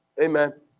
Amen